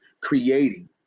creating